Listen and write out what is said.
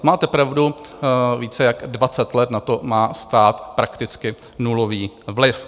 Máte pravdu, více než dvacet let na to má stát prakticky nulový vliv.